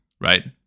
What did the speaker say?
right